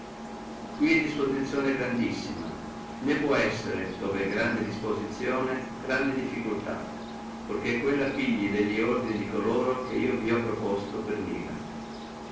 qui è disposizione grandissima né può essere dove è grande disposizione grande difficultà pur che quella pigli delli ordini di coloro che io ho proposti per mira